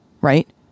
right